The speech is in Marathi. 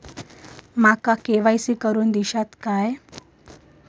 माका के.वाय.सी करून दिश्यात काय?